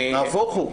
נהפוך הוא.